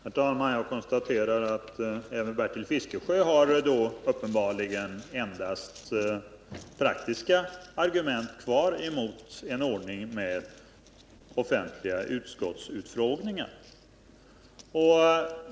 Herr talman! Jag konstaterar att även Bertil Fiskesjö uppenbarligen endast har praktiska argument kvar emot en ordning med offentliga utskottsutfrågningar.